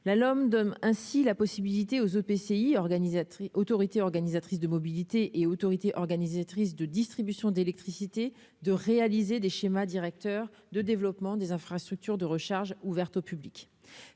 l'homme donne ainsi la possibilité aux EPCI organisatrice autorités organisatrices de mobilité et autorité organisatrice de distribution d'électricité, de réaliser des schémas directeurs de développement des infrastructures de recharge, ouverte au public,